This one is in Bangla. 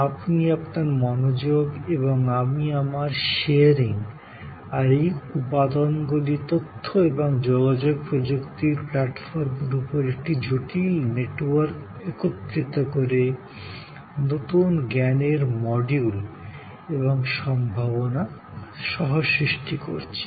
আপনি আপনার মনোযোগ এবং আমি আমার ভাগ করে নেওয়ার মানসিকতা আর এই উপাদান গুলি তথ্য এবং যোগাযোগ প্রযুক্তির মঞ্চের উপর একটি জটিল নেটওয়ার্কে একত্রিত করে নতুন জ্ঞানের মডিউল এবং সম্ভাবনা সহ সৃষ্টি করছি